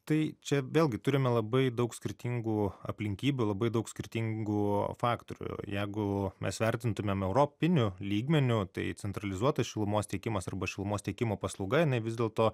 tai čia vėlgi turime labai daug skirtingų aplinkybių labai daug skirtingų faktorių jegu mes vertintumėm europiniu lygmeniu tai centralizuotas šilumos tiekimas arba šilumos tiekimo paslauga jinai vis dėlto